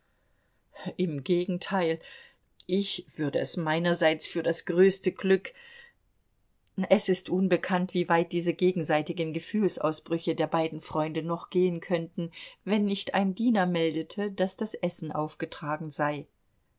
im gegenteil ich würde es meinerseits für das größte glück es ist unbekannt wie weit diese gegenseitigen gefühlsausbrüche der beiden freunde noch gehen könnten wenn nicht ein diener meldete daß das essen aufgetragen sei